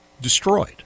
destroyed